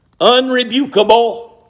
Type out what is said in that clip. unrebukable